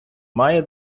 має